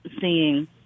seeing